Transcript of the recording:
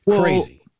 crazy